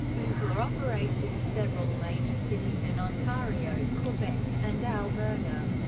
uber operates in several major cities in ontario, quebec, and alberta.